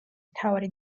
მთავარი